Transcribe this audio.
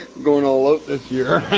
going all out this year